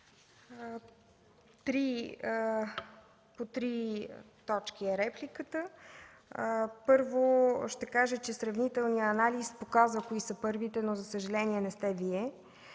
три точки е репликата. Първо, ще кажа, че сравнителният анализ показва кои са първите, но за съжаление не сте Вие.